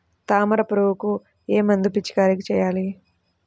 తామర పురుగుకు ఏ మందు పిచికారీ చేయాలి?